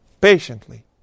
Patiently